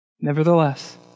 Nevertheless